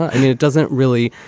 it doesn't really.